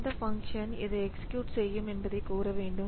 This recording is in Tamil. எந்த பங்க்ஷன் இதை எக்ஸ்க்யூட் செய்யும் என்பதை கூறவேண்டும்